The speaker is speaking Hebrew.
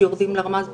שיורדים לרמה הזאת,